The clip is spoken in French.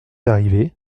arrivé